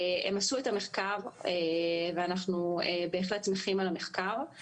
הם עשו את המחקר ואנחנו בהחלט שמחים על המחקר שהם עשו.